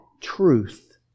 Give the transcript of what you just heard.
truth